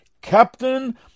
captain